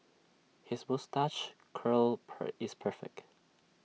his moustache curl per is perfect